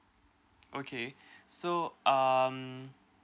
okay so um